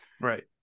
Right